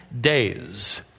days